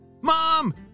Mom